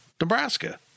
Nebraska